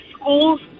school's